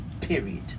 Period